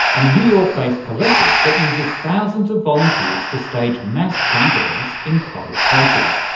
a new york based collective that uses thousands of volunteers to stage mass prank events in public places.